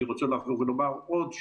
אני רוצה לחזור ולומר עוד,